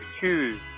choose